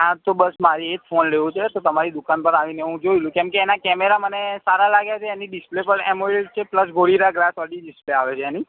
હા તો બસ મારે એ જ ફોન લેવો છે તો તમારી દુકાન પર આવીને હું જોઈ લઉં કેમકે એના કેમરા મને સારા લાગ્યા છે અને ડિસ્પ્લે પણ અમોલેડ છે પ્લસ ગોરિલા ગ્લાસવાળી ડિસ્પ્લે આવે છે એની